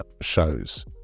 shows